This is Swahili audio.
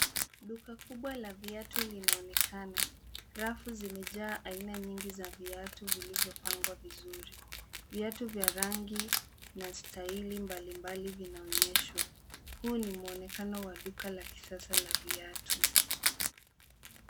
Duka kubwa la viatu linaonekana, rafu zimejaa aina nyingi za viatu vilivyopangwa vizuri, viatu vya rangi, na staili mbalimbali vinaonyeshwa. Huu ni mwonekano wa duka la kisasa la viatu.